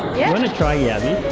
yeah wanna try yabbies?